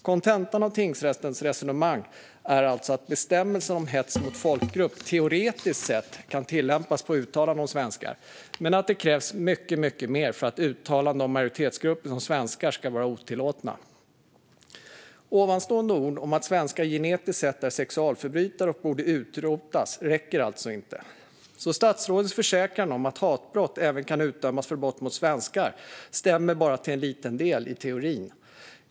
Kontentan av tingsrättens resonemang är alltså att bestämmelsen om hets mot folkgrupp teoretiskt sett kan tillämpas på uttalanden om svenskar, men att det krävs mycket mer för att uttalanden om majoritetsgrupper som svenskar ska vara otillåtna. Orden om att svenskar genetiskt sett är sexualförbrytare och borde utrotas räcker alltså inte, så statsrådets försäkran om att hatbrott även kan utdömas för brott mot svenskar stämmer bara till en liten del, i teorin.